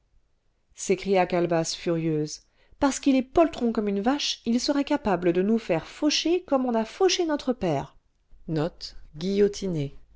s'écria calebasse furieuse parce qu'il est poltron comme une vache il serait capable de nous faire faucher comme on a fauché notre père